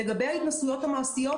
לגבי ההתנסויות המעשיות,